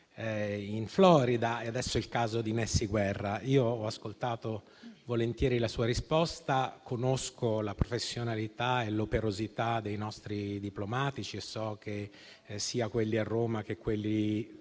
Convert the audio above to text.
in Florida e adesso il caso di Nessy Guerra. Ho ascoltato volentieri la sua risposta, conosco la professionalità e l'operosità dei nostri diplomatici e so che sia quelli a Roma che quelli